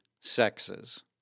sexes